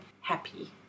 happy